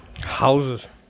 Houses